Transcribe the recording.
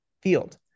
field